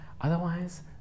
otherwise